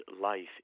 life